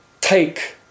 take